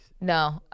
No